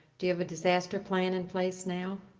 do you have a disaster plan in place now?